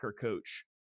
coach